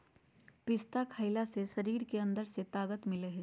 पिस्ता खईला से शरीर के अंदर से ताक़त मिलय हई